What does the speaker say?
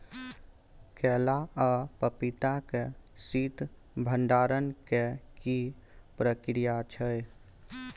केला आ पपीता के शीत भंडारण के की प्रक्रिया छै?